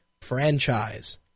franchise